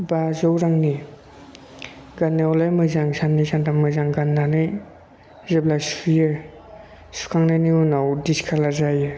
बाजौ रांनि गाननायावलाय मोजां साननै सानथाम मोजां गाननानै जेब्ला सुयो सुखांनायनि उनाव दिसखालार जायो